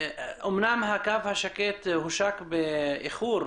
אמנם הקו השקט הושק באיחור,